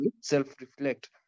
Self-reflect